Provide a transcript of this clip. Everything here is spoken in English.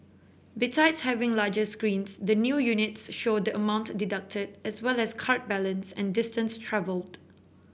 besides having larger screens the new units show the amount deducted as well as card balance and distance travelled